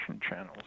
channels